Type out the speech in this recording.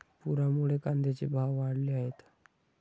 पुरामुळे कांद्याचे भाव वाढले आहेत